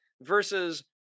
versus